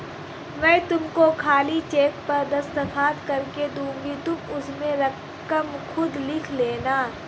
मैं तुमको खाली चेक पर दस्तखत करके दूँगी तुम उसमें रकम खुद लिख लेना